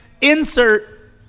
Insert